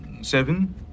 seven